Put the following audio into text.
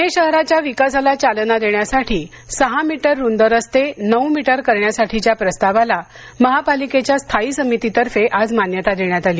पुणे शहराच्या विकासाला चालना देण्यासाठी सहा मीटर रुंद रस्ते नऊ मीटर करण्यासाठीच्या प्रस्तावाला महापालिकेच्या स्थायी समितीतर्फे आज मान्यता देण्यात आली